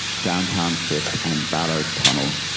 downtown fifth, and ballard tunnel,